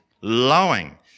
lowing